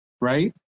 right